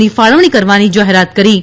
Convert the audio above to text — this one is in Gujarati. ની ફાળવણી કરવાની જાહેરાત કરી હતી